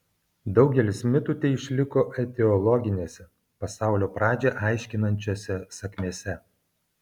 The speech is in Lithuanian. daugelis mitų teišliko etiologinėse pasaulio pradžią aiškinančiose sakmėse